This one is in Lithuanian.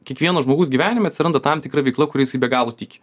kiekvieno žmogaus gyvenime atsiranda tam tikra veikla kuria jisai be galo tiki